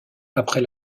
après